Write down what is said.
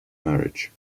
marriage